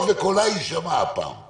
אנחנו